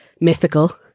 mythical